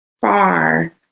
far